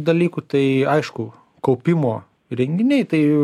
dalykų tai aišku kaupimo įrenginiai tai